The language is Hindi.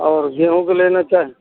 और गेहूँ की लेना चाहें